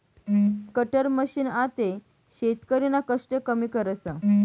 cutter machine आते शेतकरीना कष्ट कमी करस